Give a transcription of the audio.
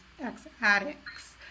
ex-addicts